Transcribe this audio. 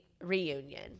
reunion